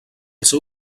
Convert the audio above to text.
seu